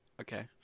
okay